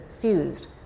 fused